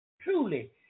Truly